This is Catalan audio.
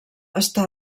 està